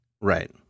Right